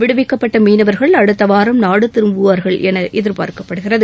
விடுவிக்கப்பட்ட மீனவர்கள் அடுத்தவாரம் நாடு திரும்புவார்கள் என எதிர்பார்க்கப்படுகிறது